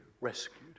rescued